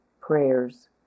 prayers